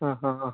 ആ ആ ആ